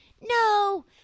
No